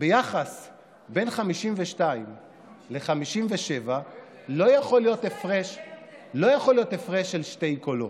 בין 52 ל-57 לא יכול להיות הפרש של שני קולות.